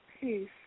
Peace